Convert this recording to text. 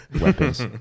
weapons